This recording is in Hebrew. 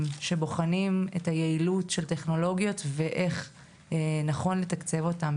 שבוחנים את היעילות של טכנולוגיות ואיך נכון לתקצב אותן,